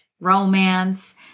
romance